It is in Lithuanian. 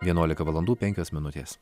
vienuolika valandų penkios minutės